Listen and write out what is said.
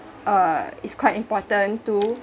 uh is quite important too